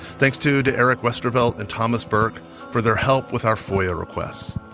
thanks, too, to eric westervelt and thomas burke for their help with our foia requests.